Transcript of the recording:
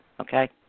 Okay